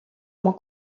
oma